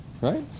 right